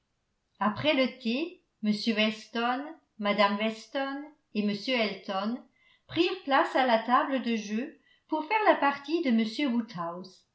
après le thé m weston mme weston et m elton prirent place à la table de jeu pour faire la partie de